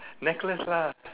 necklace lah